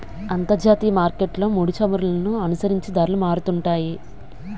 అంతర్జాతీయ మార్కెట్లో ముడిచమురులను అనుసరించి ధరలు మారుతుంటాయి